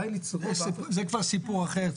זה כבר סיפור אחר.